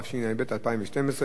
התשע"ב 2012,